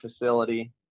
facility